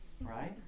right